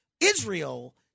Israel